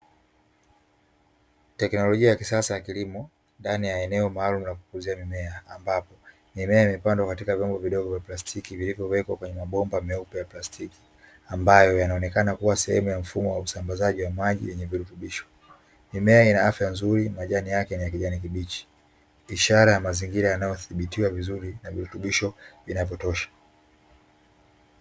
Teknolojia ya kisasa ya kilimo ndani ya eneo maalumu la kukuzia mimea, ambapo mimea imepandwa katika vyombo vidogo vya plastiki vilivyowekwa kwenye mabomba meupe ya plastiki ambayo yanaoneka kuwa sehemu ya mfumo wa usambazaji wa maji yenye virutubisho. Mimea ina afya nzuri majani yake ni ya kijani kibichi, ishara ya mazingira yanayodhibitiwa vizuri, na virutubisho vinavyotosha.